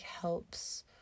helps